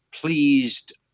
pleased